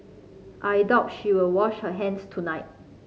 I doubt she will wash her hands tonight